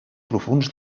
profunds